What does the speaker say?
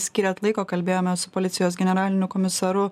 skyrėt laiko kalbėjomės su policijos generaliniu komisaru